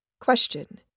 Question